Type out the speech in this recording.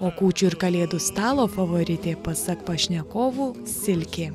o kūčių ir kalėdų stalo favoritė pasak pašnekovų silkė